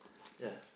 ya